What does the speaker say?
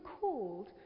called